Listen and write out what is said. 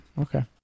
Okay